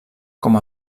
com